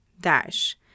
Dash